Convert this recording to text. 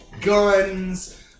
guns